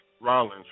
Rollins